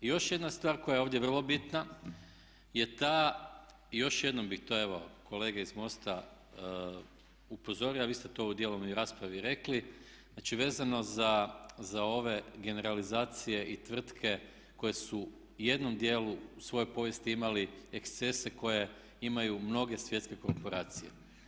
I još jedna stvar koja je ovdje vrlo bitna je ta, još jednom bih to evo kolege iz MOST-a upozorio, a vi ste to dijelom u raspravi i rekli, znači vezano za ove generalizacije i tvrtke koje su u jednom dijelu svoje povijesti imali ekscese koje imaju mnoge svjetske korporacije.